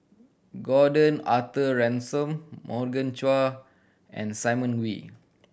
Gordon Arthur Ransome Morgan Chua and Simon Wee